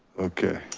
okay,